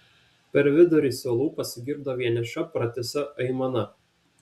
per vidurį suolų pasigirdo vieniša pratisa aimana